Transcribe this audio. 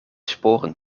sporen